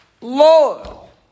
loyal